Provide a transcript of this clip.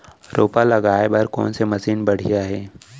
रोपा लगाए बर कोन से मशीन बढ़िया हे?